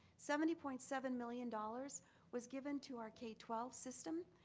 seventy point seven million dollars was given to our k twelve system,